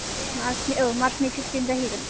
मार्चनि औ मार्चनि सिक्सटिन जाहैगोन